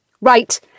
Right